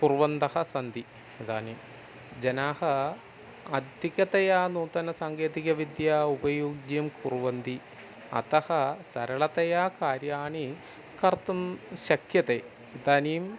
कुर्वन्तः सन्ति इदानीं जनाः अधिकतया नूतनसाङ्केतिकविद्याम् उपयुज्य कुर्वन्ति अतः सरलतया कार्याणि कर्तुं शक्यते इदानीं